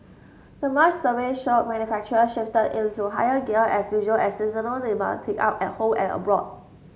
the March survey showed manufacturer shifted into higher gear as usual as seasonal demand picked up at home and abroad